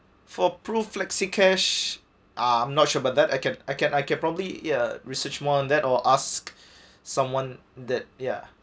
for PRUFlexicash uh I'm not sure but that I can I can I can probably ya research more on that or ask someone that ya